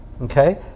okay